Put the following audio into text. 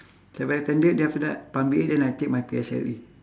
seven attended then after that primary eight then I take my P_S_L_E